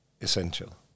essential